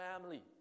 family